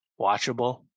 watchable